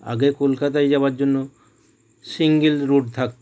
আগে কলকাতায় যাবার জন্য সিংগেল রুট থাকতো